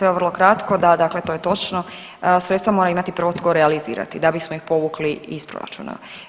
Evo vrlo kratko, da dakle to je točno sredstva mora imati prvo tko realizirati da bismo ih povukli iz proračuna.